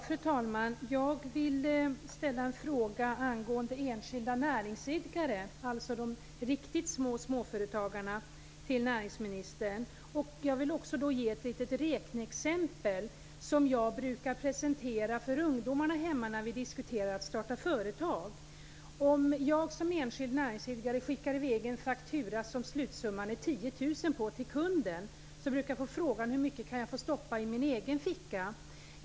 Fru talman! Jag vill ställa en fråga till näringsministern angående enskilda näringsidkare, alltså de riktigt små småföretagarna. Jag vill ge ett litet räkneexempel som jag brukar presentera för ungdomarna hemma när vi diskuterar att starta företag. Jag brukar få frågan: Om jag som enskild näringsidkare skickar i väg en faktura till kunden där slutsumman är 10 000 kr, hur mycket kan jag då stoppa i min egen ficka?